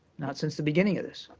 not since the beginning of this.